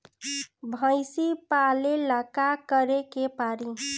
भइसी पालेला का करे के पारी?